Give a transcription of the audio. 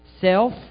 self